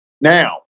now